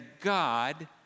God